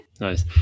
Nice